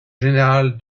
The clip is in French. général